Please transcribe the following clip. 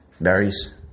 berries